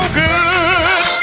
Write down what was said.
good